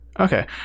okay